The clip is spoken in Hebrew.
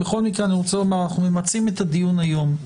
בכל מקרה אנחנו ממצים את הדיון היום.